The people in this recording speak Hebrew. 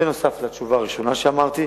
זה בנוסף לתשובה הראשונה שאמרתי.